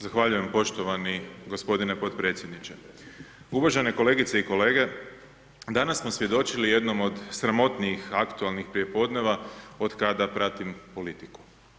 Zahvaljujem poštovani gospodine podpredsjedniče, uvažene kolegice i kolege danas smo svjedočili jednom od sramotnijih aktualnih prijepodneva od kada pratim politiku.